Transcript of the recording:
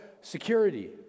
security